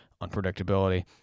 unpredictability